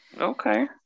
Okay